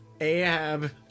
Ahab